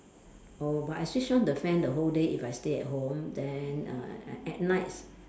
oh but I switch on the fan the whole day if I stay home then uh a~ at nights